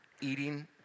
eating